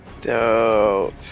Dope